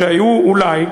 שהיו אולי,